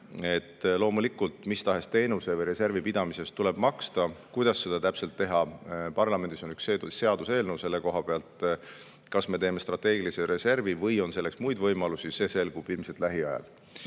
Loomulikult, mis tahes teenuse või reservi pidamise eest tuleb maksta. Kuidas seda täpselt teha? Parlamendis on üks sellekohane seaduseelnõu. Kas me teeme strateegilise reservi või on selleks muid võimalusi, selgub ilmselt lähiajal.